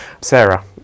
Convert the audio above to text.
Sarah